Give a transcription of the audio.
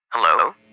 Hello